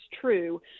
true